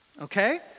Okay